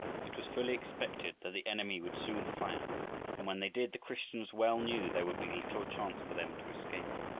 it was fully expected that the enemy would soon fire, and when they did, the christians well knew there would be little chance for them to escape.